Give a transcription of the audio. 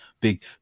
Big